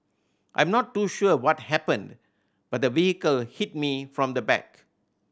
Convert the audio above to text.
I'm not too sure what happened but the vehicle hit me from the back